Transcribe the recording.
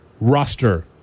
roster